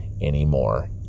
anymore